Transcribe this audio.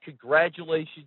Congratulations